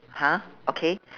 ha okay